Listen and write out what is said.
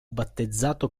battezzato